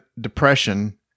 depression